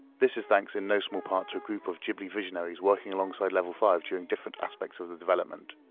this is thanks in no small part to a group of ghibli visionaries working alongside level five during different aspects of the development.